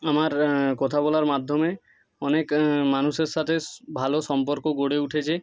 আমার কথা বলার মাধ্যমে অনেক মানুষের সাথে ভালো সম্পর্ক গড়ে উঠেছে